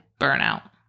burnout